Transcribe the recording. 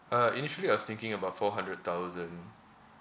uh initially I was thinking about four hundred thousand